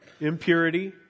impurity